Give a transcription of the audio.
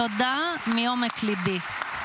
תודה מעומק ליבי.